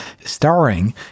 starring